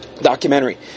documentary